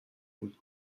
بود